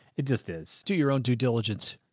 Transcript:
it just is do your own due diligence.